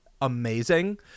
amazing